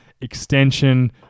extension